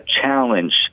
challenge